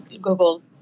Google